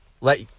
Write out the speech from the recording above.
Let